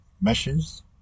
meshes